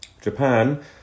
Japan